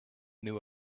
new